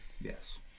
Yes